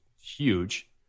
huge